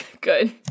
Good